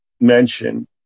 mention